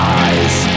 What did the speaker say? eyes